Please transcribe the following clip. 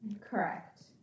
Correct